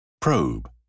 Probe